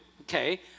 Okay